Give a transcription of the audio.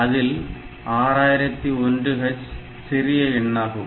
அதில் 6001H சிறிய எண்ணாகும்